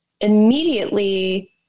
immediately